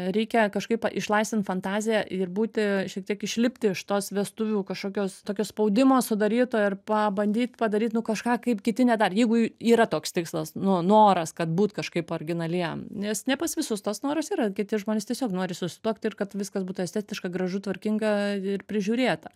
reikia kažkaip išlaisvint fantaziją ir būti šiek tiek išlipti iš tos vestuvių kažkokios tokio spaudimo sudaryto ir pabandyt padaryt nu kažką kaip kiti nedarė jeigu yra toks tikslas nu noras kad būt kažkaip originaliem nes ne pas visus tas noras yra kiti žmonės tiesiog nori susituokt ir kad viskas būtų estetiška gražu tvarkinga ir prižiūrėta